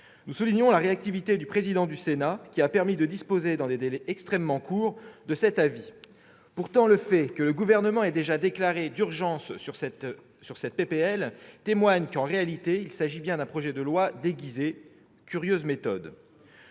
Nous soulignons la réactivité du président du Sénat, qui nous a permis de disposer dans des délais extrêmement courts de cet avis. Pourtant, le fait que le Gouvernement ait déjà déclaré l'urgence sur cette proposition de loi témoigne qu'en réalité, il s'agit bien d'un projet de loi déguisé. Absolument